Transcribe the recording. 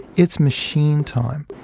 it's machine time.